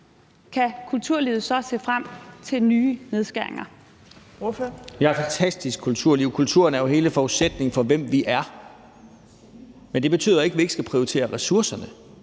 Kl. 15:24 Søren Pape Poulsen (KF): Vi har et fantastisk kulturliv. Kulturen er jo hele forudsætningen for, hvem vi er. Men det betyder jo ikke, at vi ikke skal prioritere ressourcerne.